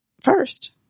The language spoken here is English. first